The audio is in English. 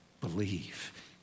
believe